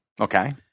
Okay